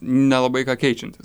nelabai ką keičiantis